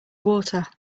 water